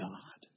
God